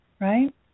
right